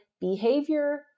behavior